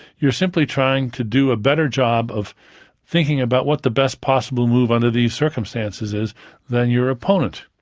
you're simply trying to do a better job of thinking about what the best possible move under these circumstances is than your opponent.